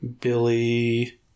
Billy